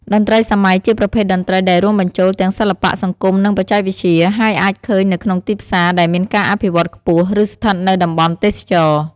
តន្ត្រីសម័យជាប្រភេទតន្ត្រីដែលរួមបញ្ចូលទាំង សិល្បៈ សង្គម និងបច្ចេកវិទ្យា ហើយអាចឃើញនៅក្នុងទីផ្សារដែលមានការអភិវឌ្ឍខ្ពស់ ឬស្ថិតនៅតំបន់ទេសចរណ៍។